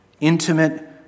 Intimate